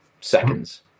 seconds